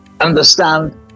understand